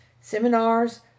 seminars